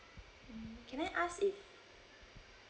mm can I ask if